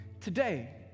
Today